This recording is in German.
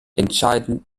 entscheidend